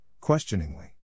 questioningly